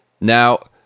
Now